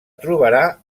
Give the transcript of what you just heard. trobarà